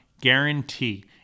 guarantee